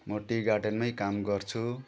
म टी गार्डनमै काम गर्छु